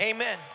Amen